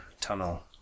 tunnel